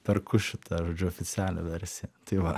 perku šitą žodžiu oficialią versiją tai va